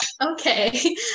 Okay